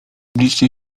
zbliżcie